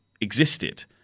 existed